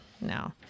no